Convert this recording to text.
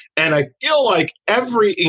and i feel like every, you